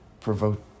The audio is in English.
Provoke